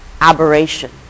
aberration